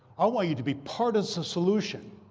i want you to be part of the solution.